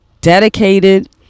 dedicated